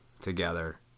together